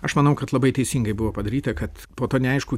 aš manau kad labai teisingai buvo padaryta kad po to neaišku